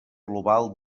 global